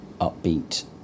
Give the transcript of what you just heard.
upbeat